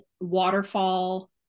waterfall